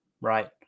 right